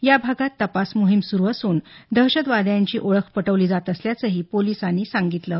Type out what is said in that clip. या भागात तपास मोहीम सुरू असून दहशतवाद्यांची ओळख पटवली जात असल्याचंही पोलिसांनी म्हटलं आहे